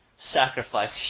Sacrifice